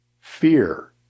fear